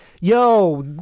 Yo